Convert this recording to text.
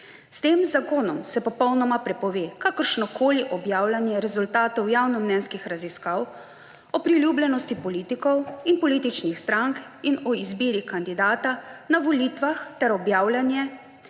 »S tem zakonom se popolnoma prepove kakršnokoli objavljanje rezultatov javnomnenjskih raziskav o priljubljenosti politikov in političnih strank in o izbiri kandidata na volitvah ter objavljanje